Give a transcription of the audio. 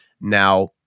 Now